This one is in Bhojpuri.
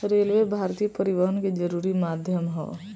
रेलवे भारतीय परिवहन के जरुरी माध्यम ह